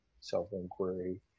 self-inquiry